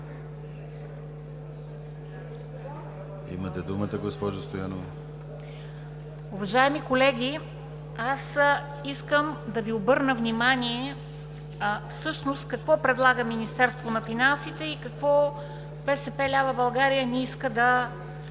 Имате думата, госпожо Стоянова.